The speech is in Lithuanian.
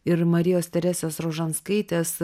ir marijos teresės rožanskaitės